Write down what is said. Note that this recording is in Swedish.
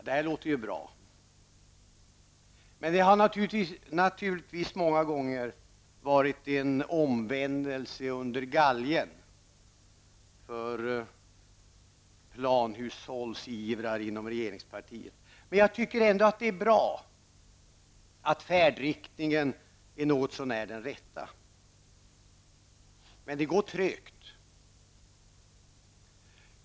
Det här låter ju bra. Men det har naturligtvis många gånger varit en omvändelse under galgen för planhushållsivrare inom regeringspartiet. Jag tycker ändå att det är bra att färdriktningen är något så när den rätta. Men det går trögt.